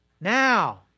now